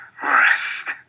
Rest